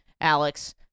Alex